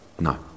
No